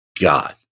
God